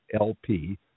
LP